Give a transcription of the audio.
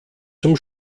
zum